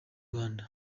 rwanda